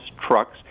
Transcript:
trucks